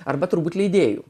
arba turbūt leidėjų